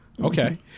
Okay